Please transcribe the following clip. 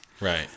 right